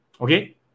Okay